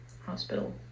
hospital